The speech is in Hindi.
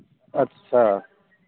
अच्छा